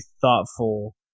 thoughtful